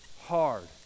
hard